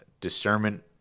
discernment